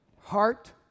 heart